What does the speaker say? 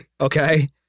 okay